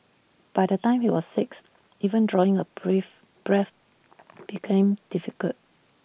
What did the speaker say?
by the time he was six even drawing A brave breath became difficult